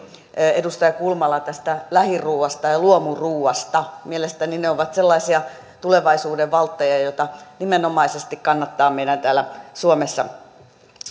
edustaja kulmala tästä lähiruuasta ja ja luomuruuasta mielestäni ne ovat sellaisia tulevaisuuden valtteja joita nimenomaisesti kannattaa meidän täällä suomessa